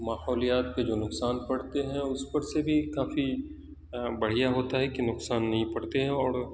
ماحولیات پہ جو نقصان پڑتے ہیں اس پر سے بھی کافی بڑھیا ہوتا ہے کہ نقصان نہیں پڑتے ہیں اور